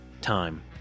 time